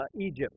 Egypt